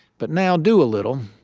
but now do a little,